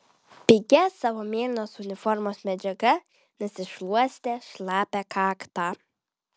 pigia savo mėlynos uniformos medžiaga nusišluostė šlapią kaktą